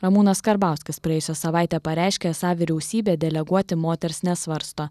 ramūnas karbauskis praėjusią savaitę pareiškė esą vyriausybė deleguoti moters nesvarsto